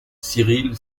cyril